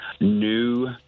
new